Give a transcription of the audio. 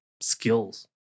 skills